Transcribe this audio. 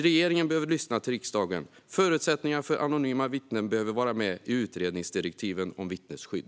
Regeringen behöver lyssna till riksdagen. Förutsättningarna för anonyma vittnen behöver vara med i utredningsdirektiven om vittnesskydd.